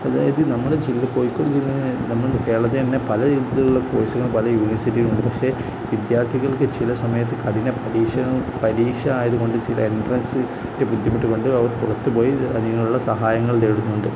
അതായത് നമ്മുടെ ജില്ല കോഴിക്കോട് ജില്ല നമ്മുടെ കേരളത്തില്ത്തന്നെ പല രീതിയിലുള്ള കോഴ്സുകളും പല യൂണിവേഴ്സിറ്റികളുമുണ്ട് പക്ഷെ വിദ്യാർത്ഥികൾക്കു ചില സമയത്തു കഠിന പരീക്ഷണം പരീക്ഷ ആയതുകൊണ്ടു ചില എൻട്രൻസ് ബുദ്ധിമുട്ടുകൊണ്ട് അവർ പുറത്തുപോയി അതിനുള്ള സഹായങ്ങൾ തേടുന്നുണ്ട്